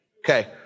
Okay